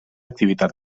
activitat